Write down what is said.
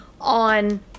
on